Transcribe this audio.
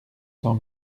cent